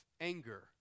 anger